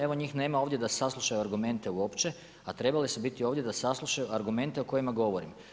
Evo, njih nema ovdje da saslušaju argumente uopće, a trebali su biti ovdje da saslušaju argumente o kojima govorim.